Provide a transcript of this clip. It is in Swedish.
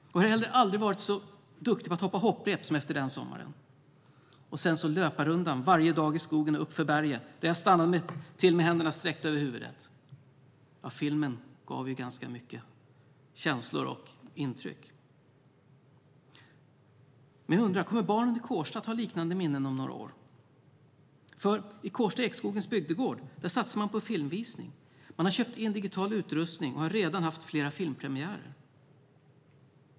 Jag har heller aldrig varit så duktig på att hoppa hopprep som efter den sommaren. Sedan sprang jag löparrundan varje dag i skogen och uppför berget, där jag stannade till med händerna sträckta över huvudet. Filmen gav ganska många känslor och intryck. Kommer barnen i Kårsta att ha liknande minnen om några år? I Kårsta Ekskogens bygdegård satsar man på filmvisning. Man har köpt in digital utrustning och har redan haft flera filmpremiärer.